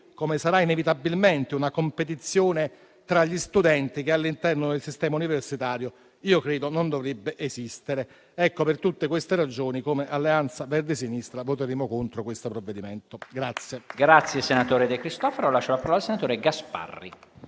come avverrà inevitabilmente - una competizione tra gli studenti che all'interno del sistema universitario - io credo - non dovrebbe esistere. Per tutte queste ragioni, come Alleanza Verdi e Sinistra voteremo contro questo provvedimento.